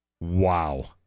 Wow